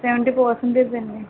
seventy percentage అండి